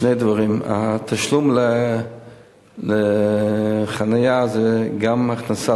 שני דברים: התשלום על החנייה הוא גם הכנסה